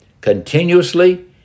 continuously